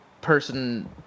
person